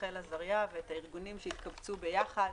ורחל עזריה ואת הארגונים שהתקבצו ביחד.